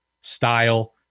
style